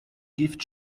gift